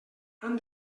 han